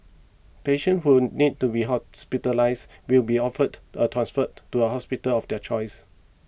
patients who need to be hospitalised will be offered a transfer to a hospital of their choice